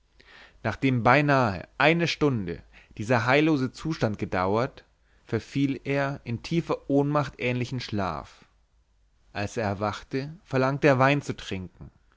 nachdem beinahe eine stunde dieser heillose zustand gedauert verfiel er in tiefer ohnmacht ähnlichen schlaf als er erwachte verlangte er wein zu trinken